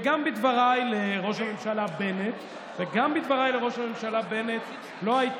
וגם בדבריי לראש הממשלה בנט לא היו